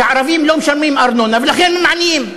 שערבים לא משלמים ארנונה ולכן הם עניים.